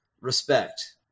respect